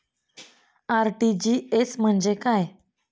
RTGS म्हणजे काय?